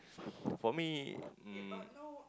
for me um